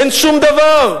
אין שום דבר.